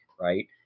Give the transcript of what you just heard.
Right